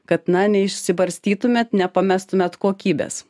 kad na neišsibarstytumėt nepamestumėt kokybės